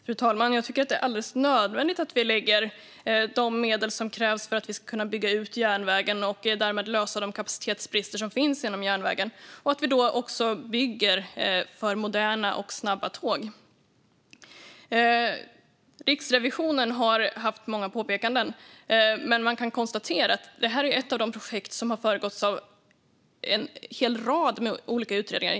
Fru talman! Jag tycker att det är alldeles nödvändigt att vi lägger de medel som krävs för att vi ska kunna bygga ut järnvägen och därmed lösa de kapacitetsbrister som finns inom järnvägen och att vi då också bygger för moderna och snabba tåg. Riksrevisionen har haft många påpekanden, men man kan konstatera att det här är ett av de projekt som har föregåtts av en hel rad olika utredningar.